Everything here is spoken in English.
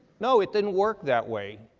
no, it didn't work that way.